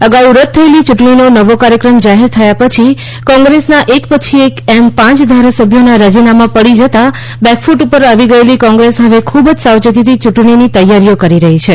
આગાઉ રદ થયેલી યૂંટણીનો નવો કાર્યક્રમ જાહેર થયા પછી કોંગ્રેસના એક પછીએક એમ પાંચ ધારાસભ્યોના રાજીનામાં પડી જતા બેકફૂટ ઉપર આવી ગયેલી કોંગ્રેસ હવે ખુબજ સાવચેતીથી ચૂંટણીની તૈયારીઓ કરી રહ્યી છે